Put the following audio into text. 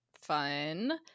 fun